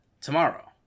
Tomorrow